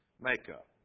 makeup